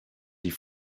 die